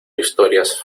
historias